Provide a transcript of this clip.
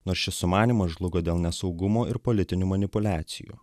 nors šis sumanymas žlugo dėl nesaugumo ir politinių manipuliacijų